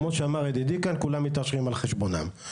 כמו שאמר ידידי כאן, כולם מתעשרים על חשבונם.